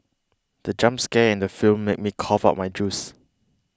the jump scare in the film made me cough out my juice